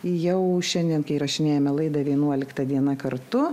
jau šiandien kai įrašinėjome laidą vienuolikta diena kartu